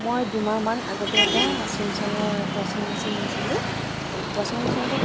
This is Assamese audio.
মই দুমাহমানৰ আগতে এটা চেমচাঙৰ ৱাচিং মেচিন লৈছিলোঁ ৱাচিং মেচিনটো